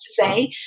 say